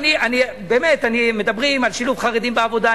באמת, מדברים על שילוב חרדים בעבודה.